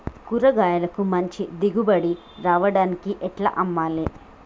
కూరగాయలకు మంచి దిగుబడి రావడానికి ఎట్ల అమ్మాలే?